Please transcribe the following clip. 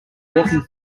walking